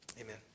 Amen